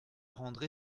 rendre